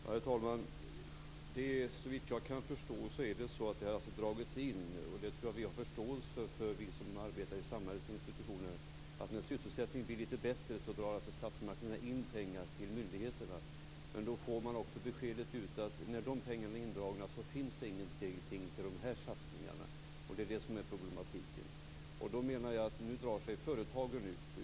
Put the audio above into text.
Herr talman! Såvitt jag kan förstå är det alltså så att pengar har dragits in. Det tror jag att vi som arbetar i samhällets institutioner har förståelse för. När sysselsättningen blir lite bättre drar statsmakterna in pengar till myndigheterna. Men då får man också ut beskedet att när de pengarna är indragna finns det ingenting till de här satsningarna. Det är det som är problemet. Jag menar att nu drar sig företagen ur.